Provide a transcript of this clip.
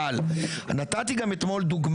סתם לזרוק דברים